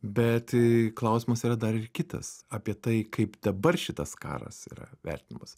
bet klausimas yra dar ir kitas apie tai kaip dabar šitas karas yra vertinamas